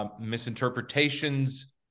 misinterpretations